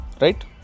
right